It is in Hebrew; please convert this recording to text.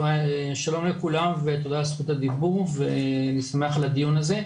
שלום לכולם ותודה על זכות הדיבור ואני שמח על הדיון הזה.